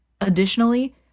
Additionally